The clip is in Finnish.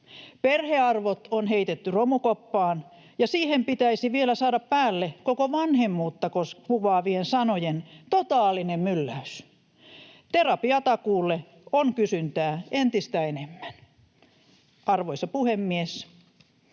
Perhearvot on heitetty romukoppaan, ja siihen pitäisi vielä saada päälle koko vanhemmuutta kuvaavien sanojen totaalinen mylläys. Terapiatakuulle on kysyntää entistä enemmän. Arvoisa puhemies!